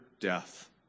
death